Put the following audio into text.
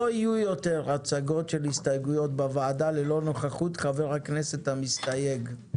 לא יהיו יותר הצגות של הסתייגויות בוועדה ללא נוכחות חבר הכנסת המסתייג,